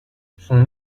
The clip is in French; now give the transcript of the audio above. son